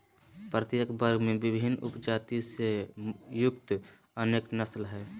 प्रत्येक वर्ग में विभिन्न उपजाति से युक्त अनेक नस्ल हइ